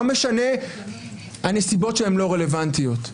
לא משנה הנסיבות שהן לא רלוונטיות.